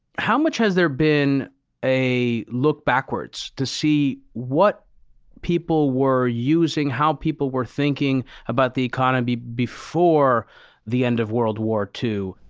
how much has there been a look backwards to see what people were using, how people were thinking about the economy before the end of world war ii?